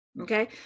Okay